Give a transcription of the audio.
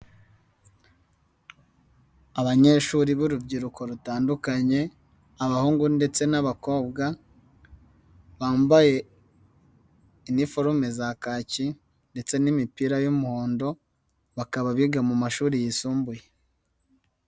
Abanyeshuri b'urubyiruko rutandukanye, abahungu ndetse n'abakobwa, bambaye, iniforume za kaki ndetse n'imipira y'umuhondo, bakaba biga mu mashuri yisumbuye.